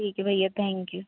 ठीक है भैया टैंक यू